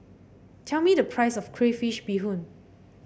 tell me the price of Crayfish Beehoon